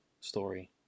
story